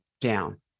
down